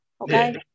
okay